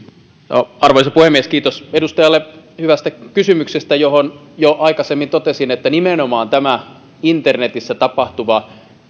arvoisa puhemies kiitos edustajalle hyvästä kysymyksestä johon jo aikaisemmin totesin että nimenomaan tämä internetissä tapahtuva